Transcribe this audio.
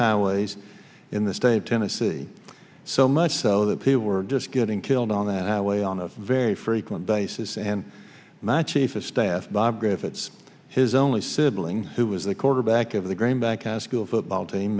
highways in the state of tennessee so much so that people were just getting killed on that highway on a very frequent basis and my chief of staff bob griffiths his only sibling who was the quarterback of the greenback a school football team